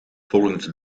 volgens